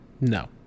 No